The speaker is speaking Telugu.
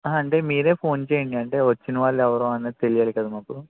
ఆ అంటే మీరే ఫోన్ చెయ్యండి అంటే వచ్చినవాళ్ళెవరో అన్నది తెలియాలి కదా మాకు